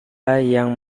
yang